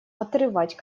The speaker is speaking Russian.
отрывать